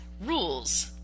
rules